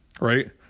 right